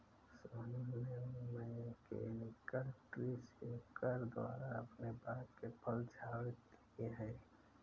सोनू ने mechanical tree shaker द्वारा अपने बाग के फल झाड़ लिए है